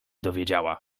dowiedziała